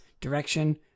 direction